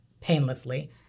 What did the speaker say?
painlessly